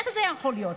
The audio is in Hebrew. איך זה יכול להיות?